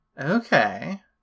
Okay